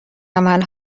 عمل